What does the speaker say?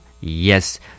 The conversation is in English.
Yes